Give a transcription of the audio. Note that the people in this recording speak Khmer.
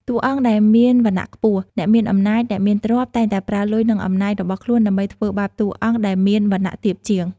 តួអង្គដែលមានវណ្ណៈខ្ពស់ អ្នកមានអំណាច អ្នកមានទ្រព្យ តែងតែប្រើលុយ និងអំណាច របស់ខ្លួនដើម្បីធ្វើបាបតួអង្គដែលមានវណ្ណៈទាបជាង។